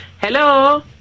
Hello